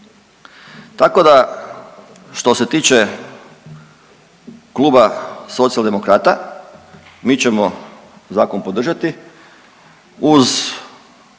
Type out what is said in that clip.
Tako da što se tiče Kluba Socijaldemokrata mi ćemo zakon podržati uz